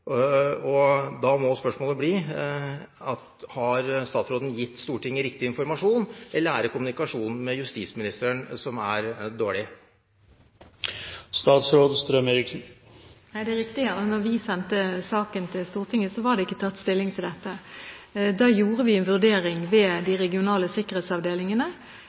spørsmål. Da må spørsmålet bli: Har statsråden gitt Stortinget riktig informasjon, eller er det kommunikasjonen med justisministeren som er dårlig? Nei, det er riktig: Da vi sendte saken til Stortinget, var det ikke tatt stilling til dette. Da gjorde vi en vurdering ved de regionale sikkerhetsavdelingene.